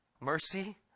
mercy